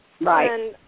Right